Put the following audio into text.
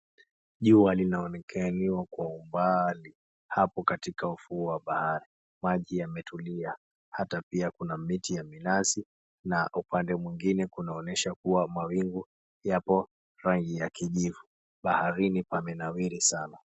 Jua linaonekaniwa kwa umbali hapo katika ufuo wa bahari maji yametulia ata pia kuna miti ya minazi na upande mwengine kunaonyesha kuwa mawingu yapo rangi ya kijivu, baharini pamenawiri sana .